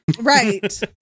Right